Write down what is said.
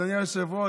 אדוני היושב-ראש,